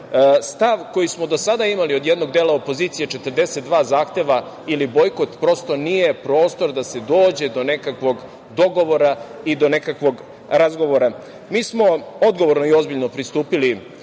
Stav koji smo do sada imali od jednog dela opozicije, 42 zahteva ili bojkot, prosto, nije prostor da se dođe do nekakvog dogovora i do nekakvog razgovora. Mi smo odgovorno i ozbiljno pristupili